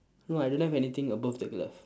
no I don't have anything above the glove